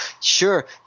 Sure